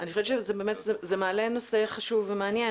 אני חושבת שזה מעלה נושא חשוב ומעניין